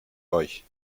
euch